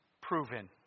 proven